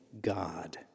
God